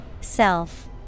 Self